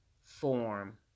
form